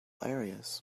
areas